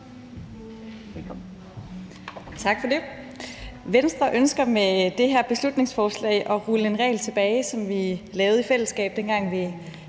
Rod (RV): Tak for det. Venstre ønsker med det her beslutningsforslag at rulle en regel tilbage, som vi lavede i fællesskab, dengang vi